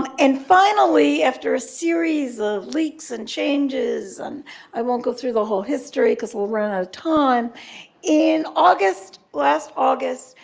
um and finally, after a series of leaks and changes and i won't go through the whole history because we'll run out of time in last august,